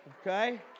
okay